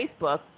Facebook